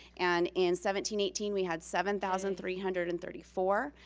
and in seventeen eighteen, we had seven thousand three hundred and thirty four.